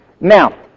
Now